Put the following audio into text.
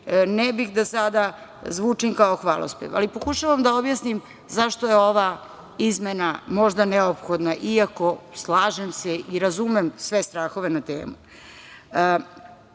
ne bih da sada zvučim kao hvalospev, ali pokušavam da objasnim zašto je ova izmena možda neophodna, iako, slažem se i razumem sve strahove na